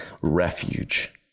refuge